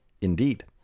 Indeed